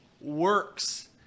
works